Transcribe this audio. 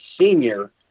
senior